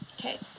Okay